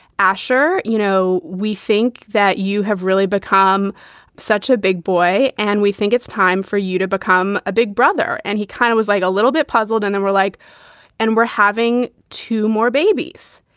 asher, you know, we think that you have really become such a big boy. and we think it's time for you to become a big brother. and he kind of was like a little bit puzzled. and then we're like and we're having two more babies.